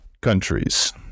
countries